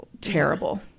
terrible